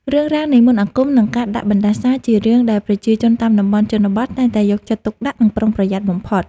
រឿងរ៉ាវនៃមន្តអាគមនិងការដាក់បណ្តាសាជារឿងដែលប្រជាជនតាមតំបន់ជនបទតែងតែយកចិត្តទុកដាក់និងប្រុងប្រយ័ត្នបំផុត។